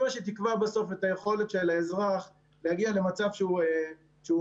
היא מה שתקבע בסוף את היכולת של האזרח להגיע למצב שהוא משתלב.